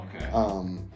Okay